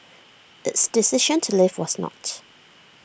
its decision to leave was not